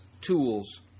tools